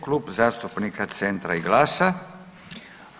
Klub zastupnika Centra i GLAS-a.